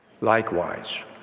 Likewise